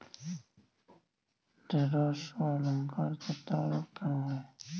ঢ্যেড়স ও লঙ্কায় ছত্রাক রোগ কেন হয়?